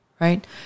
right